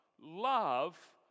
love